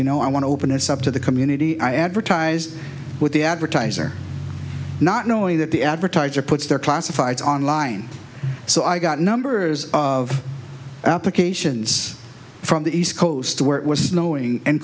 you know i want to open it's up to the community i advertise with the advertiser not knowing that the advertiser puts their classifieds online so i got numbers of applications from the east coast where it was snowing and